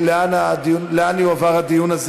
תמחק את ההצבעה שלי, טוב.